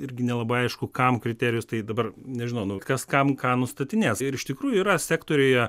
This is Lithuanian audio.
irgi nelabai aišku kam kriterijus tai dabar nežinau kas kam ką nustatinės ir iš tikrųjų yra sektoriuje